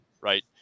right